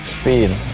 Speed